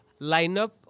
lineup